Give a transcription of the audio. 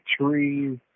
trees